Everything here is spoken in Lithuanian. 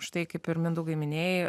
štai kaip ir mindaugai minėjai